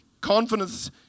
confidence